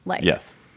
Yes